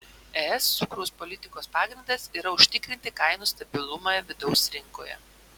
es cukraus politikos pagrindas yra užtikrinti kainų stabilumą vidaus rinkoje